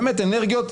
באמת אנרגיות,